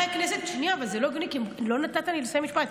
שנייה, לא נתת לי לסיים משפט.